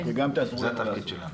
זה התפקיד שלנו.